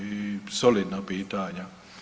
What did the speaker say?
I solidna pitanja.